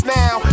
now